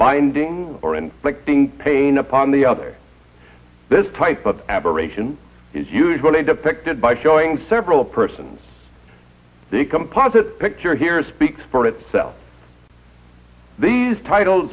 binding or inflicting pain upon the other this type of aberration is usually depicted by showing several persons the composite picture here speaks for itself these titles